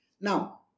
Now